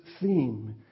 theme